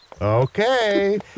Okay